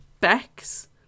Bex